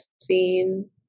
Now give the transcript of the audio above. scene